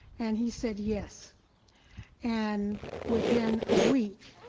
and he said yes and within a week,